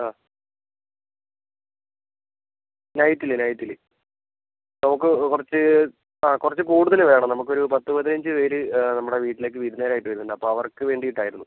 ആ നൈറ്റിൽ നൈറ്റിൽ നമുക്ക് കുറച്ച് ആ കുറച്ച് കൂടുതൽ വേണം നമുക്കൊരു പത്ത് പതിനഞ്ച് പേര് നമ്മുടെ വീട്ടിലേക്ക് വിരുന്നുകാരായിട്ട് വരുന്നുണ്ട് അപ്പം അവർക്ക് വേണ്ടീട്ടാരുന്നു